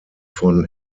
von